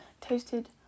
toasted